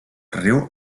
riu